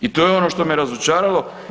I to je ono što me razočaralo.